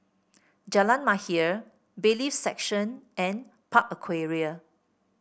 Jalan Mahir Bailiffs' Section and Park Aquaria